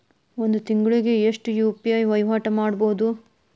ಒಂದ್ ತಿಂಗಳಿಗೆ ಎಷ್ಟ ಯು.ಪಿ.ಐ ವಹಿವಾಟ ಮಾಡಬೋದು?